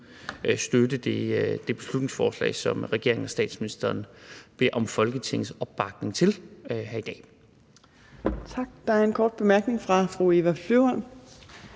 støtte det beslutningsforslag, som regeringen og statsministeren beder om Folketingets opbakning til her i dag. Kl. 15:50 Fjerde næstformand